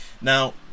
Now